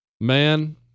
Man